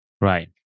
Right